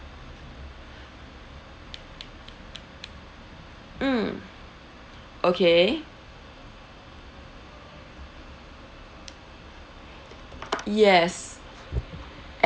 mm okay yes